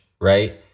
right